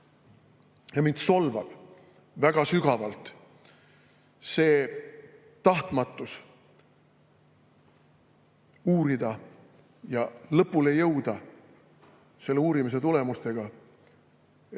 mind solvab väga sügavalt see tahtmatus uurida ja lõpule jõuda selle uurimise tulemustega, et must